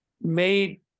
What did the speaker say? made